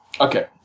Okay